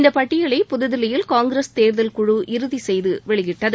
இந்த பட்டியலை புதுதில்லியில் காங்கிரஸ் தேர்தல் குழு இறுதி செய்து வெளியிட்டது